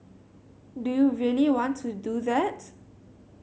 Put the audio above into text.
do you really want to do that